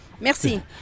Merci